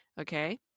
Okay